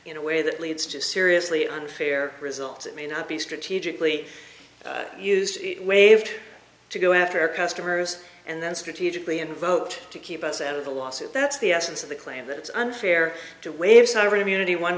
in a way that leads to a seriously unfair result it may not be strategically used waved to go after customers and then strategically invoked to keep us out of the lawsuit that's the essence of the claim that it's unfair to waive sovereign immunity one